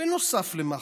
בנוסף למח"ש,